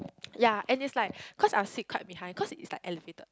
yea and it's like cause I'm sit behind cause it's like afflicted